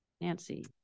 Nancy